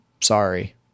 Sorry